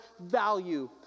value